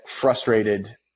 frustrated